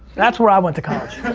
that's where i went to college.